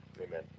Amen